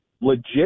legit